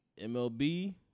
MLB